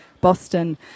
Boston